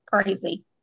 crazy